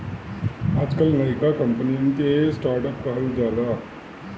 आजकल नयका कंपनिअन के स्टर्ट अप कहल जाला